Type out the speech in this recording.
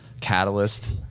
catalyst